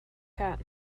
cat